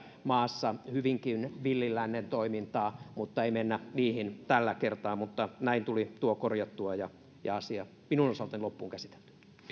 maassa hyvinkin villin lännen toimintaa mutta ei mennä niihin tällä kertaa mutta näin tuli tuo korjattua ja ja asia on minun osaltani loppuun käsitelty